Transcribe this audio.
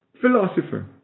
philosopher